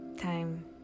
time